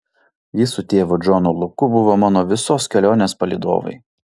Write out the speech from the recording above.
jis su tėvu džonu luku buvo mano visos kelionės palydovai